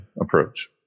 approach